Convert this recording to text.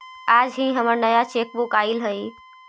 आज ही हमर नया चेकबुक आइल हई